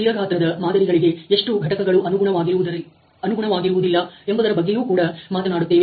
ಸ್ಥಿರ ಗಾತ್ರದ ಮಾದರಿಗಳಿಗೆ ಎಷ್ಟು ಘಟಕಗಳು ಅನುಗುಣವಾಗಿರವುದಿಲ್ಲ ಎಂಬುದರ ಬಗ್ಗೆಯೂ ಕೂಡ ಮಾತನಾಡುತ್ತೇವೆ